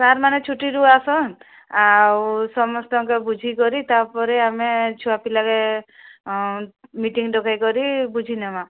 ସାର୍ମାନେ ଛୁଟିରୁ ଆସନ୍ ଆଉ ସମସ୍ତଙ୍କେ ବୁଝିକରି ତାପରେ ଆମେ ଛୁଆପିଲାକେ ମିଟିଙ୍ଗ୍ ଡକାଇ କରି ବୁଝିନେମା